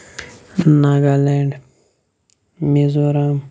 Nagaland Mizoram